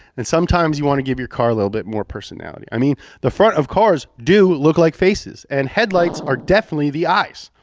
and sometimes you want to give your car a little bit more personality. i mean, the front of cars do look like faces and headlights are definitely the eyes.